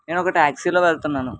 నేను ఒక ట్యాక్సీలో వెళ్తున్నాను